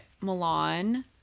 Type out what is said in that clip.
Milan